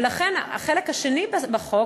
ולכן החלק השני בחוק,